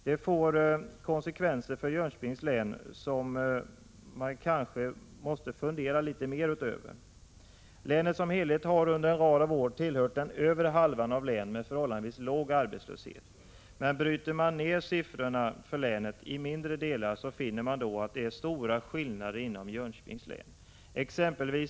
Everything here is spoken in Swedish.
Detta förhållande får konsekvenser för Jönköpings län som man kanske måste uppmärksamma litet mera. Länet som helhet har under en rad år tillhört den övre halvan av län med förhållandevis låg arbetslöshet. Men bryter man ner siffrorna för länet i mindre delar, finner man att det är stora skillnader inom Jönköpings län.